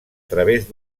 través